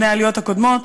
בני העליות הקודמות,